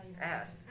asked